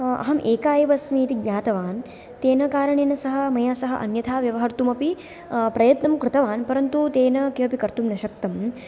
अहं एका एव अस्मि इति ज्ञातवान् तेन कारणेन सः मया सह अन्यथा व्यवहर्तुमपि प्रयत्नं कृतवान् परन्तु तेन किमपि कर्तुं न शक्तम्